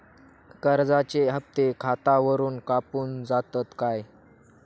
कर्जाचे हप्ते खातावरून कापून जातत काय?